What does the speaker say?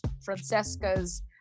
Francesca's